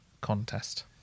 contest